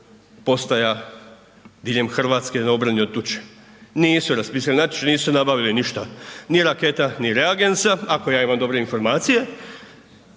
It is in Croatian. postaja diljem Hrvatske na obrani od tuče. Nisu raspisali natječaj, nisu nabavili ništa, ni raketa ni reagensa, ako ja imam dobre informacije